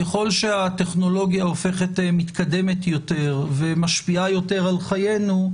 ככל שהטכנולוגיה הופכת מתקדמת יותר ומשפיעה יותר על חיינו,